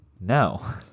No